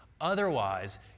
Otherwise